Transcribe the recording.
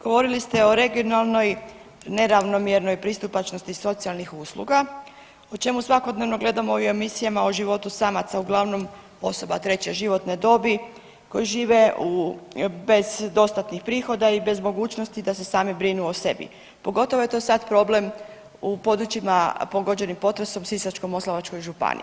Govorili ste o regionalnoj neravnomjernoj pristupačnosti socijalnih usluga o čemu svakodnevno gledamo i u emisijama o životu samaca uglavnom osoba treće životne dobi koji žive bez dostatnih prihoda i bez mogućnosti da se sami brinu o sebi, pogotovo je to sad problem u područjima pogođenih potresom u Sisačko-moslavačkoj županiji.